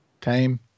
Time